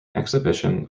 exhibition